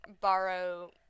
borrow